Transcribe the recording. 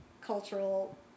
cultural